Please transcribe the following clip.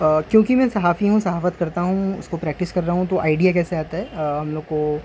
کیونکہ میں صحافی ہوں صحافت کرتا ہوں اس کو پریکٹس کر رہتا ہوں تو آئیڈیا کیسے آتا ہے ہم لوگ کو